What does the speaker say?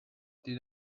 did